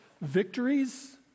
victories